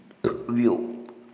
view